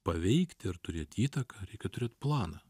paveikti ir turėti įtaką reikia turėti planą